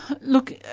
Look